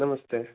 नमस्ते